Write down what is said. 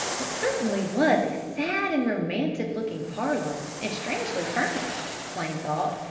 it certainly was a sad and romantic looking parlor, and strangely furnished, flame thought,